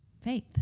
faith